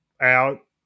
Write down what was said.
out